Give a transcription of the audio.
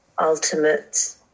ultimate